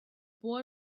boy